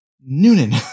Noonan